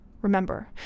Remember